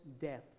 death